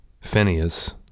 Phineas